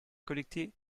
collecté